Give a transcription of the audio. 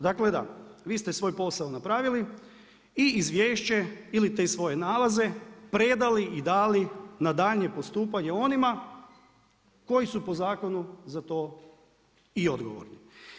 Dakle, da vi ste svoj posao napravili i izvješće ili te svoje nalaze predali i dali na daljnje postupanje onima koji su po zakonu za to i odgovorni.